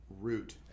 root